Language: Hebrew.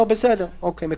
בסדר, מקובל.